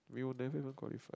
we will never even qualify